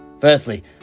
Firstly